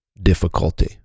difficulty